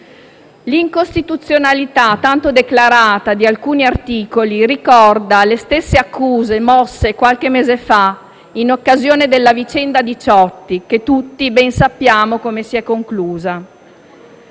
L'incostituzionalità tanto declarata di alcuni articoli ricorda le stesse accuse mosse qualche mese fa in occasione della vicenda della nave Diciotti, che tutti ben sappiamo come si è conclusa.